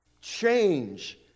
Change